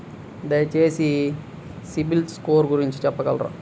దయచేసి CIBIL score గురించి చెప్పగలరా?